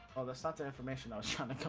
of so but information on china,